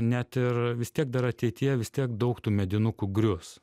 net ir vis tiek dar ateityje vis tiek daug tų medinukų grius